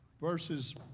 verses